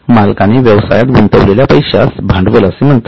मालकाने व्यवसायात गुंतवलेल्या पैशास भांडवल असे म्हणतात